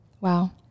Wow